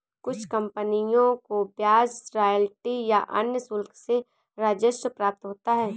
कुछ कंपनियों को ब्याज रॉयल्टी या अन्य शुल्क से राजस्व प्राप्त होता है